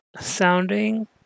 sounding